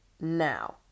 now